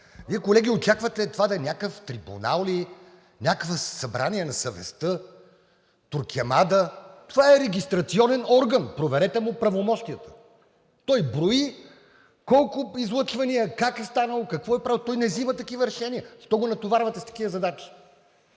Вие, колеги, очаквате това да е някакъв трибунал ли, някакво събрание на съвестта, Торквемада. Това е регистрационен орган, проверете му правомощията. Той брои колко излъчвания, как е станало, какво е правил. Той не взима такива решения. Защо го натоварвате с такива задачи?